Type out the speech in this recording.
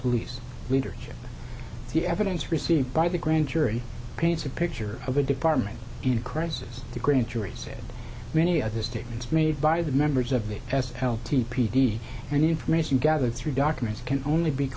police leadership the evidence received by the grand jury paints a picture of a department in crisis the grand jury said many of the statements made by the members of the s l t p d and information gathered through documents can only be